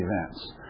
events